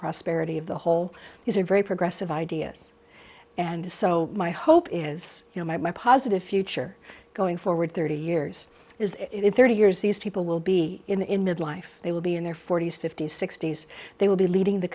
prosperity of the whole is a very progressive ideas and so my hope is you know my positive future going forward thirty years is it thirty years these people will be in midlife they will be in their forty's fifty's sixty's they will be leading the